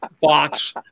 box